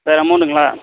sir அமௌண்ட்டுங்களா